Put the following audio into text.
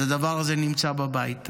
אז הדבר הזה נמצא בבית.